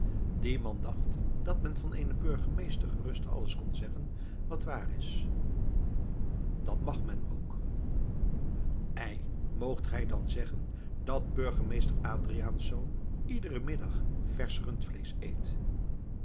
die man dacht dat men van eenen burgemeester gerust alles kon zeggen wat waar is dat mag men ook ei moogt gij dan zeggen dat burgemeester adriaensz iederen middag versch rundvleesch eet